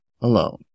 alone